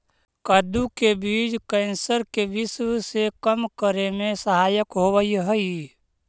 कद्दू के बीज कैंसर के विश्व के कम करे में सहायक होवऽ हइ